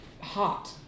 hot